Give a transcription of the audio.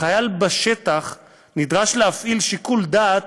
החייל בשטח נדרש להפעיל שיקול דעת